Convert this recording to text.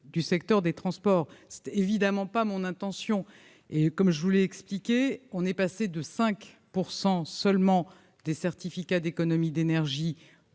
du secteur des transports ; telle n'était évidemment pas mon intention. Comme je l'ai expliqué, on est passé de 5 % seulement des certificats d'économies d'énergie